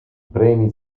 premi